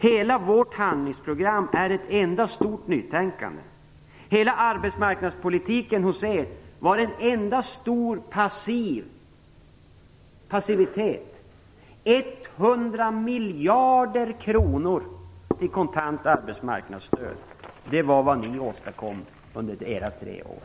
Hela vårt handlingsprogram är ett enda stort nytänkande. Hela arbetsmarknadspolitiken ledde under er tid till en enda stor passivitet. 100 miljarder kronor i kontant arbetsmarknadsstöd var vad ni åstadkom under era tre år.